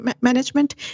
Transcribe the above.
Management